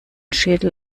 schädel